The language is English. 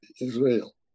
Israel